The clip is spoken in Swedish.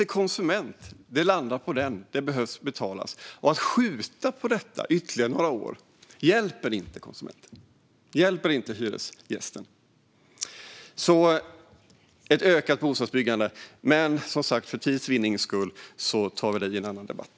Det landar på att det är konsumenten som behöver betala. Att skjuta på detta ytterligare några år hjälper inte konsumenten och hyresgästen. Och det behövs ett ökat bostadsbyggande. Men för tids vinnande tar vi upp detta i en annan debatt.